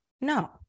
No